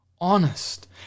honest